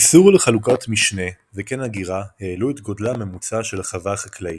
איסור על חלוקת משנה וכן הגירה העלו את גודלה הממוצע של החווה החקלאית,